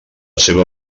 seva